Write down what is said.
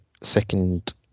second